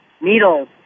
needles